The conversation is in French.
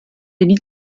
bénite